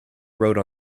wrote